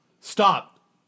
Stop